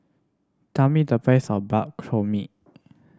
tell me the price of Bak Chor Mee